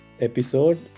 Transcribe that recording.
episode